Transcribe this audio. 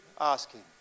asking